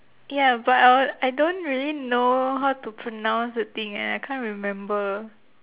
ya but I w~ I don't really know how to pronounce the thing eh I can't remember